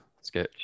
sketch